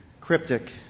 cryptic